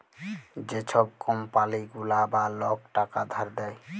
যে ছব কম্পালি গুলা বা লক টাকা ধার দেয়